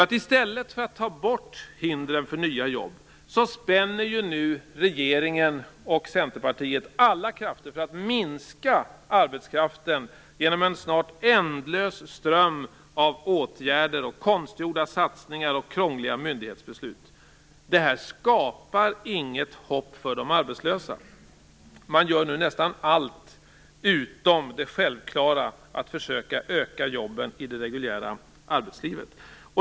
I stället för att ta bort hindren för nya jobb spänner ju nu regeringen och Centerpartiet alla krafter för att minska arbetskraften genom en snart ändlös ström av åtgärder, konstgjorda satsningar och krångliga myndighetsbeslut. Det här skapar inget hopp för de arbetslösa. Man gör nu nästan allt, utom det självklara att försöka öka antalet jobb i det reguljära arbetslivet.